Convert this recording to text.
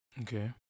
Okay